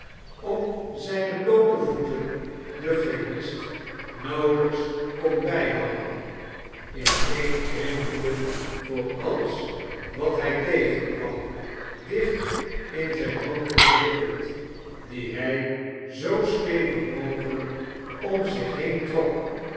op zijne bloote voeten den chemist nauwelijks kon bijhouden ineenkrimpende voor alles wat hij tegenkwam dicht in zijn mantel gewikkeld dien hij zoo stevig mogelijk om zich heen trok